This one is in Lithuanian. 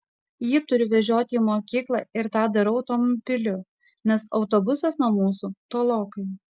jį turiu vežioti į mokyklą ir tą darau automobiliu nes autobusas nuo mūsų tolokai